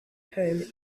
home